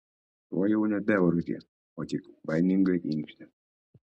šuo jau nebeurzgė o tik baimingai inkštė